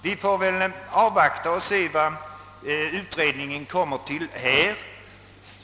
Vi får väl avvakta och se vad utredningen kommer fram till härvidlag.